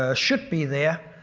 ah should be there,